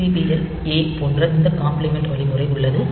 CPL A போன்ற இந்த complement வழிமுறை உள்ளது